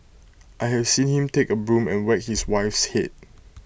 I have seen him take A broom and whack his wife's Head